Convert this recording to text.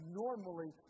normally